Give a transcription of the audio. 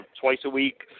twice-a-week